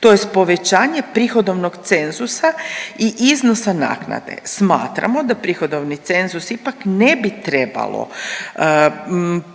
tj. povećanje prihodovnog cenzusa i iznosa naknade. Smatramo da prihodovni cenzus ipak ne bi trebalo